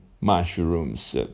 mushrooms